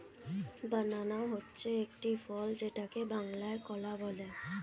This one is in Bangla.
বানানা হচ্ছে একটি ফল যেটাকে বাংলায় কলা বলে